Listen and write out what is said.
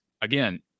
Again